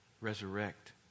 resurrect